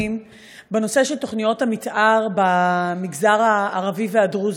בנושא של תוכניות המתאר במגזר הערבי והדרוזי.